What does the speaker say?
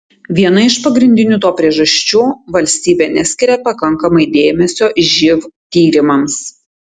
viena pagrindinių to priežasčių valstybė neskiria pakankamai dėmesio živ tyrimams